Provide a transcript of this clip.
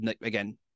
again